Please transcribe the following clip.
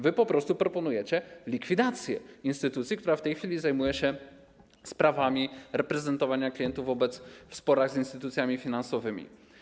Wy po prostu proponujecie likwidację instytucji, która w tej chwili zajmuje się sprawami reprezentowania klientów w sporach z instytucjami finansowymi.